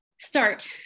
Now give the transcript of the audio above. start